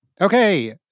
Okay